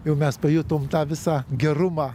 jau mes pajutom tą visą gerumą